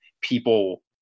people